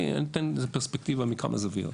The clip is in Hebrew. אני אתן פרספקטיבה מכמה זוויות.